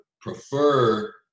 prefer